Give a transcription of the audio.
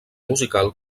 musical